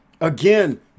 Again